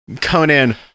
Conan